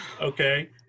Okay